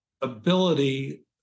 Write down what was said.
ability